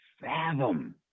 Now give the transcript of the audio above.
fathom